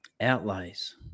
outlays